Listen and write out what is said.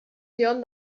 beyond